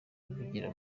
bugira